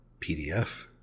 PDF